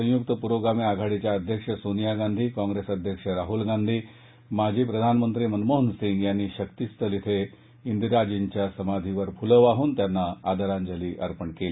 संयुक्त प्रोगामी आघाडीच्या अध्यक्ष सोनिया गांधी काँप्रेस अध्यक्ष राहल गांधी माजी प्रधानमंत्री मनमोहन सिंग यांनी शक्तिस्थल इथं इंदिराजींच्या समाधीवर फुलं वाहन त्यांना आदराजली अर्पण केली